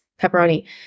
pepperoni